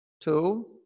two